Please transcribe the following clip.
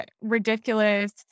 ridiculous